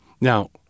Now